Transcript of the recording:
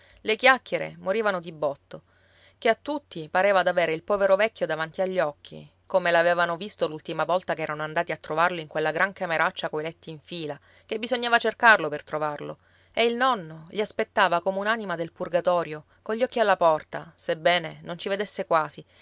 le chiacchiere morivano di botto che a tutti pareva d'avere il povero vecchio davanti agli occhi come l'avevano visto l'ultima volta che erano andati a trovarlo in quella gran cameraccia coi letti in fila che bisognava cercarlo per trovarlo e il nonno li aspettava come un'anima del purgatorio cogli occhi alla porta sebbene non ci vedesse quasi